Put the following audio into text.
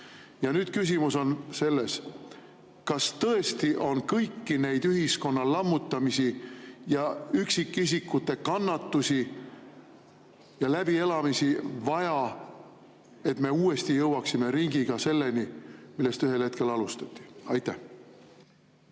Küsimus on selles, kas tõesti on kõiki neid ühiskonna lammutamisi ja üksikisikute kannatusi ja läbielamisi vaja, et me uuesti jõuaksime ringiga selleni, millest ühel hetkel alustati. Aitäh!